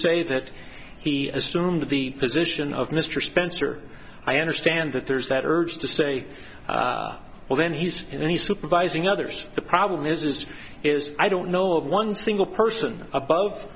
say that he assumed the position of mr spencer i understand that there's that urge to say well then he said in any supervising others the problem is this is i don't know of one single person above